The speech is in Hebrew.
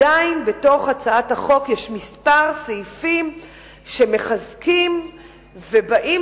עדיין יש בה כמה סעיפים שמחזקים ובאים